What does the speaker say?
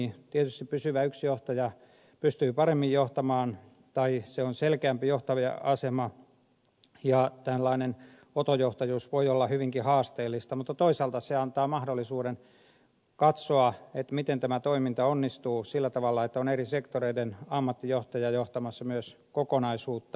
tietysti yksi pysyvä johtaja pystyy paremmin johtamaan tai hänellä on selkeämpi johtaja asema ja tällainen oto johtajuus voi olla hyvinkin haasteellista mutta toisaalta se antaa mahdollisuuden katsoa miten tämä toiminta onnistuu sillä tavalla että on eri sektoreiden ammattijohtaja johtamassa myös kokonaisuutta